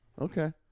Okay